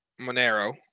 Monero